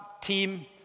team